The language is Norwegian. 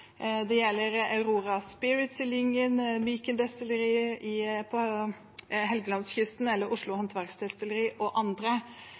Det gjelder Aurora Spirit i Lyngen, Myken Destilleri på Helgelandskysten, Oslo Håndverksdestilleri og andre.